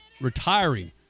retiring